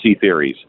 theories